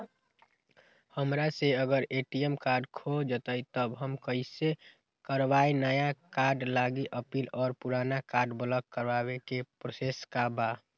हमरा से अगर ए.टी.एम कार्ड खो जतई तब हम कईसे करवाई नया कार्ड लागी अपील और पुराना कार्ड ब्लॉक करावे के प्रोसेस का बा?